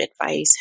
advice